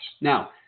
Now